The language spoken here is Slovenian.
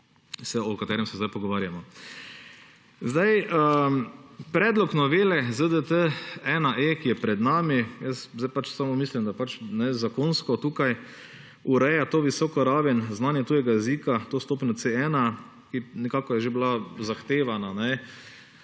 o katerem se zdaj pogovarjamo. Predlog novele ZDT-1E, ki je pred nami, mislim, da zakonsko tukaj ureja to visoko raven znanja tujega jezika, to stopnjo C1, ki je že bila zahtevana